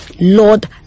Lord